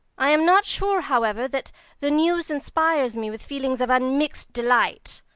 i am not sure, however, that the news inspires me with feelings of unmixed delight.